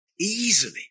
easily